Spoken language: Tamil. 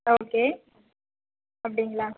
ஓகே அப்படிங்ளா